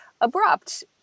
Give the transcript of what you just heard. abrupt